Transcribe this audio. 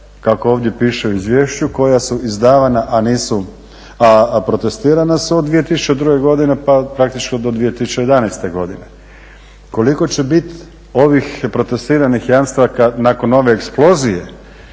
kako ovdje piše u izvješću koja su izdavana a protestirana su od 2002. godine pa praktički do 2011. godine. Koliko će biti ovih protestiranih jamstava nakon ove eksplozije